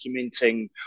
documenting